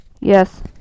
yes